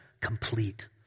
complete